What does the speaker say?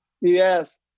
Yes